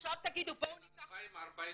בין 2014 ל-2017.